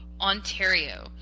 Ontario